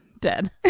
Dead